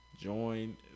join